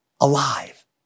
alive